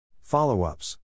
Follow-ups